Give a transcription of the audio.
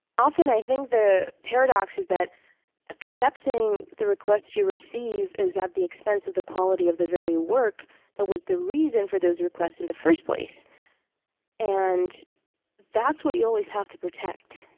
often, i think the paradox is that accepting the requests you receive is at the expense of the quality of the very work that was the reason for those requests, in the first place and that's what you always have to protect.